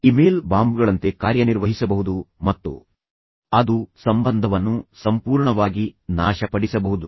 email ಬಾಂಬ್ಗಳಂತೆ ಕಾರ್ಯನಿರ್ವಹಿಸಬಹುದು ಮತ್ತು ಅದು ಸಂಬಂಧವನ್ನು ಸಂಪೂರ್ಣವಾಗಿ ನಾಶಪಡಿಸಬಹುದು